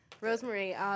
rosemary